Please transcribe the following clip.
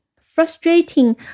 Frustrating